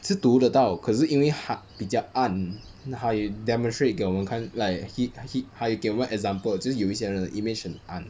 是读得到可是因为它比较暗他有 demonstrate 给我们看 like he he~ 他有给我们 example 就是有一些人的 image 很暗